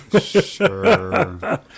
Sure